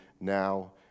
now